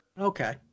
Okay